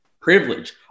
privilege